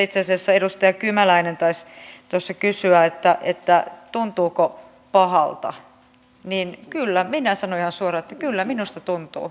itse asiassa kun edustaja kymäläinen taisi tuossa kysyä että tuntuuko pahalta niin kyllä minä sanon ihan suoraan että kyllä minusta tuntuu